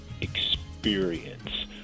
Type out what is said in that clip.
experience